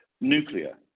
nuclear